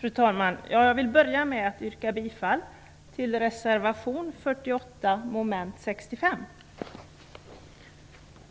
Fru talman! Jag vill börja med att yrka bifall till reservation 48 mom. 65.